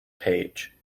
page